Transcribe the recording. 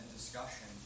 discussion